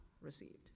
received